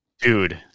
Dude